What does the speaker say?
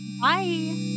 Bye